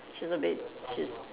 she's a bit she's